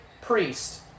priest